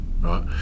right